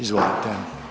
Izvolite.